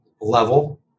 level